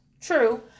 True